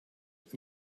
most